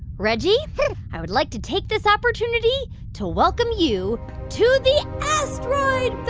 reggie, i would like to take this opportunity to welcome you to the asteroid